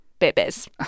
Bebes